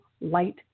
light